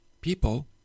people